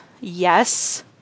yes